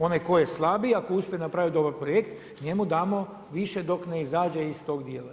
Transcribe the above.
Onaj koji je slabiji ako uspije napraviti dobar projekt, njemu damo više dok ne izađe iz tog dijela.